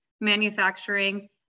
manufacturing